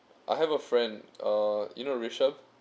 I have a friend uh you know ruisheng